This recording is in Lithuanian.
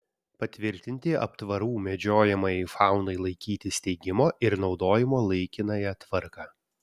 patvirtinti aptvarų medžiojamajai faunai laikyti steigimo ir naudojimo laikinąją tvarką